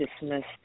dismissed